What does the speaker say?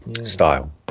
style